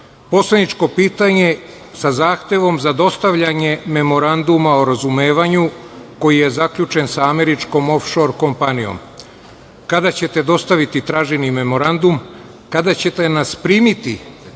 poslaničko pitanje sa zahtevom za dostavljanje memoranduma o razumevanju koji je zaključen sa američkom ofšor kompanijom. Kada ćete dostaviti traženi memorandum, kada ćete nas primiti,